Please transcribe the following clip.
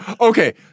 Okay